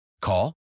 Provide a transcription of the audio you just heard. Call